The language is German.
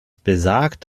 besagt